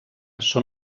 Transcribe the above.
són